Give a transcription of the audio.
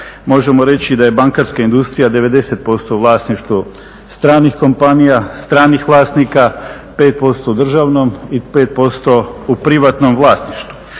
možemo reći da je bankarska industrija 90% u vlasništvu stranih kompanija, stranih vlasnika, 5% u državnom i 5% u privatnom vlasništvu.